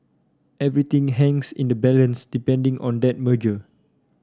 everything hangs in the balance depending on that merger